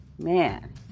man